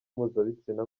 mpuzabitsina